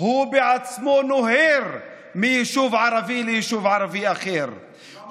הוא בעצמו נוהר מיישוב ערבי ליישוב ערבי אחר,